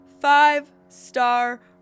five-star